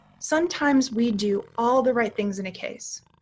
sometimes we do all the right things in a case,